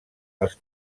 als